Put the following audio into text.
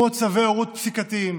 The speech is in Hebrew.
כמו צווי הורות פסיקתיים,